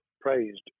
praised